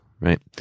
right